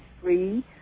free